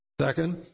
Second